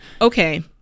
okay